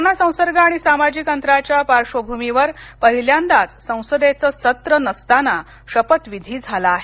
corona संसर्ग आणि समाजिक अंतराच्या पार्श्वभूमीवर पहिल्यांदाच संसदेचं सत्र नसतांना शपथविधी झाला आहे